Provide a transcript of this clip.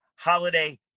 Holiday